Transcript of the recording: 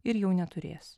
ir jau neturės